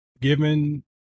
given